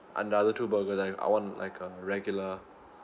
and the other two burger like I want like a regular